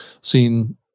seen